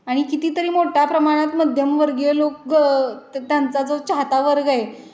आणि कितीतरी मोठ्या प्रमाणात मध्यमवर्गीय लोक त्यांचा जो चाहतावर्ग आहे